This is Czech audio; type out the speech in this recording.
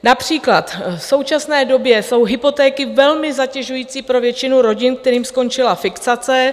Například v současné době jsou hypotéky velmi zatěžující pro většinu rodin, kterým skončila fixace.